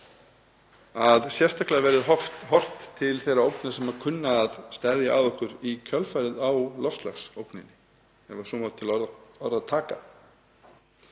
að sérstaklega verði horft til þeirra ógna sem kunna að steðja að okkur í kjölfarið á loftslagsógninni, ef svo má til orða taka.